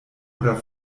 oder